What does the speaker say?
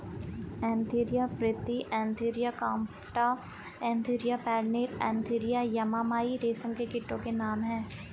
Antheraea फ्रिथी एन्थीरिया कॉम्प्टा एन्थीरिया पेर्निल एन्थीरिया यमामाई रेशम के कीटो के नाम हैं